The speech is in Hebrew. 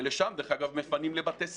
ושם דרך אגב מפנים לבתי ספר.